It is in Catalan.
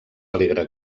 alegre